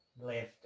left